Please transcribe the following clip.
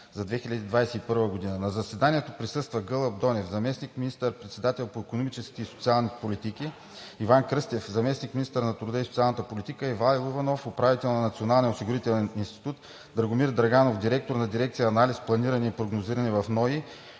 за 2021 г. На заседанието присъстваха: Гълъб Донев, заместник министър-председател по икономическите и социалните политики; Иван Кръстев, заместник-министър на труда и социалната политика; Ивайло Иванов, управител на Националния осигурителен институт; Драгомир Драганов, директор на дирекция „Анализ, планиране и прогнозиране“ в НОИ;